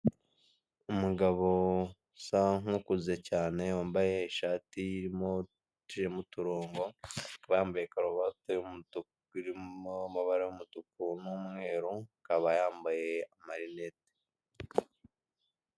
Umugabo usa nkukuze cyane wambaye ishati irimo iciyemo uturongo, bambaye karuvati y'umutuku irimo amabara umutuku n'umweru akaba yambaye marineti.